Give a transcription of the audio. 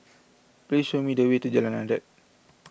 please show me the way to Jalan Adat